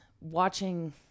watching